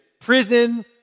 prison